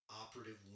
operative